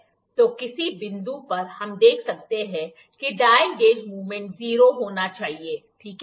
तो किसी बिंदु पर हम देख सकते हैं कि डायल गेज मूवमेंट 0 होना चाहिए ठीक है